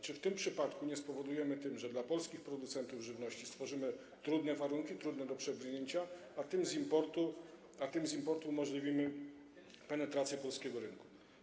Czy w tym przypadku nie spowodujemy tego, że dla polskich producentów żywności stworzymy trudne warunki, trudne do przebrnięcia, a tym z importu umożliwimy penetrację polskiego rynku?